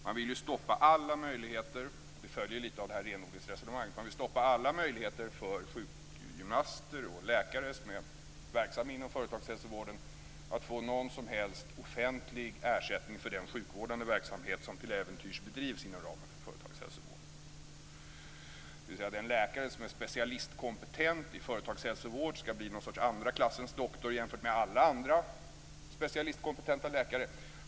Man vill stoppa alla möjligheter - detta följer lite grann av renodlingsresonemanget - för sjukgymnaster och läkare som är verksamma inom företagshälsovården att få någon som helst offentlig ersättning för den sjukvårdande verksamhet som till äventyrs bedrivs inom ramen för företagshälsovården - dvs. en läkare som är specialistkompetent i företagshälsovård ska bli en sorts andra klassens doktor jämfört med alla andra specialistkompetenta läkare.